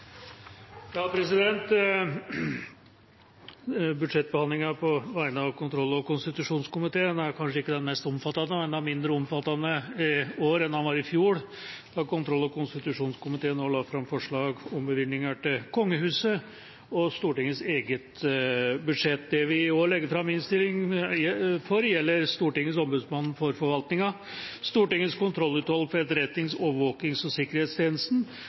er kanskje ikke den mest omfattende, og innstillingen er enda mindre omfattende i år enn den var i fjor, da kontroll- og konstitusjonskomiteen la fram forslag om bevilgninger til kongehuset og Stortingets eget budsjett. Det vi i år legger fram innstilling om, gjelder Stortingets ombudsmann for forvaltningen, Stortingets kontrollutvalg for etterretnings-, overvåkings- og